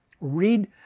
Read